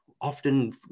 often